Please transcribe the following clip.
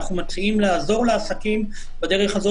אנחנו מציעים לעזור לעסקים בדרך הזו